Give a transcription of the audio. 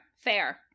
fair